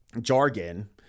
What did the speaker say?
jargon